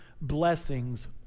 Blessings